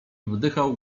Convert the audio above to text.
wdychał